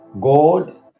God